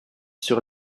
sur